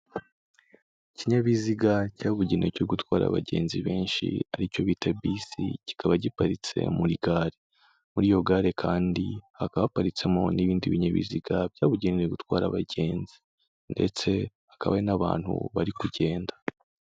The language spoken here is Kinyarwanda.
Ikinyabiziga cyabugenewe cyo gutwara abagenzi benshi aricyo bita bisi kikaba giparitse muri gare, muri iyo gare kandi hakaba haparitsemo n'ibindi binyabiziga byabugenewe gutwara abagenzi ndetse hakaba hari n'abantu bari kugenda.